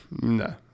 no